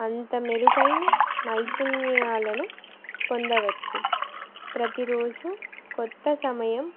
అంత మెరుగైన నైపుణ్యాలను పొందవచ్చు ప్రతిరోజు కొత్త సమయం